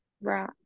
Right